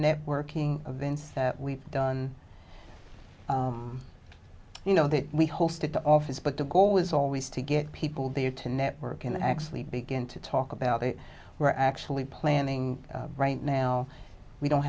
networking events that we've done you know that we hosted the office but the goal was always to get people there to network and actually begin to talk about it we're actually planning right now we don't